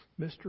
Mr